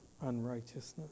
unrighteousness